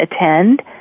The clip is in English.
attend